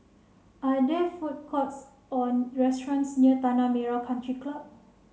are there food courts or restaurants near Tanah Merah Country Club